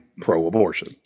pro-abortion